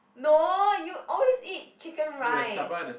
no you always eat chicken rice